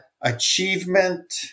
achievement